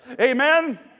Amen